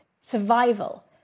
survival